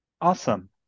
Awesome